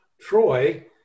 Troy